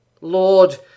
Lord